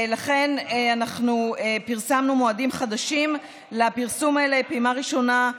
לכן אנחנו פרסמנו מועדים חדשים לפרסומים האלה: פעימה ראשונה,